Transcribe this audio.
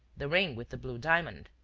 the ring with the blue diamond.